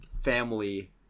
family